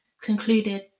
concluded